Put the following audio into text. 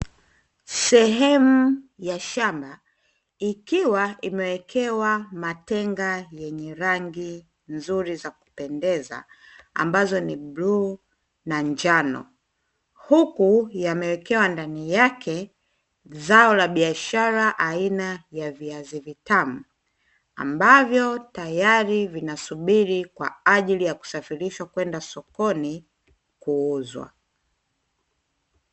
Sehemu ya shamba ikiwa imewekewa matenga yenye rangi nzuri za kupendeza, ambazo ni bluu na njano; huku yamewekewa ndani yake zao la biashara aina ya viazi vitamu, ambavyo tayari vinasubiri kwa ajili ya kusafirishwa kwenda sokoni kuuzwa.